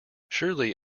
surely